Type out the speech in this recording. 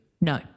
No